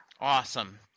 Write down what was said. Awesome